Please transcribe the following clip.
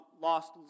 lost